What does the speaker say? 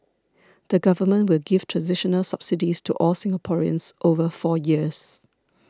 the Government will give transitional subsidies to all Singaporeans over four years